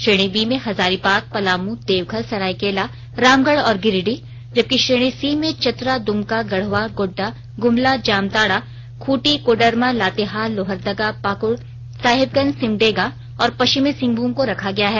श्रेणी बी में हजारीबाग पलामू देवघर सरायकेला रामगढ़ और गिरिडीह जबकि श्रेणी सी में चतरा दुमका गढ़वा गोड्डा गुमला जामताड़ा खूंटी कोडरमा लातेहार लोहरदगा पाकुड़ साहेबगंज सिमडेगा और पश्चिमी सिंहभूम को रखा गया है